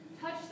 Touch